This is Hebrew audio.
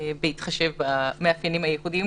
בהתחשב במאפיינים הייחודיים,